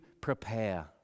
prepare